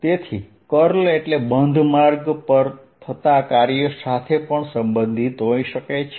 તેથી કર્લ એટલે બંધ માર્ગ પર થતા કાર્ય સાથે પણ સંબંધિત હોઈ શકે છે